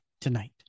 tonight